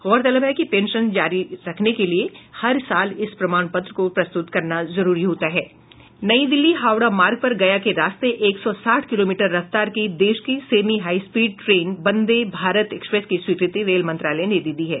गौरतलब है कि पेंशन जारी रखने के लिये हर साल इस प्रमाण पत्र को प्रस्तुत करना जरूरी होता है नई दिल्ली हावड़ा मार्ग पर गया के रास्ते एक सौ साठ किलोमीटर रफ्तार की देश की semi high speed train Vande Bharat express की स्वीकृति रेल मंत्रालय ने दी है